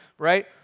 right